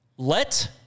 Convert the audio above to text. Let